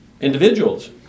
Individuals